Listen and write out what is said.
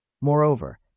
Moreover